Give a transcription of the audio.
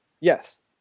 Yes